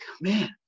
man